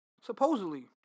Supposedly